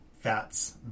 fats